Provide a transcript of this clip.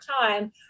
time